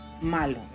malo